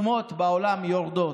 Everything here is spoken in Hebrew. כאשר התרומות בעולם יורדות,